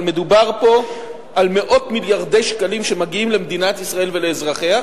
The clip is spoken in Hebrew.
אבל מדובר פה על מאות מיליארדי שקלים שמגיעים למדינת ישראל ולאזרחיה.